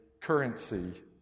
currency